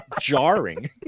Jarring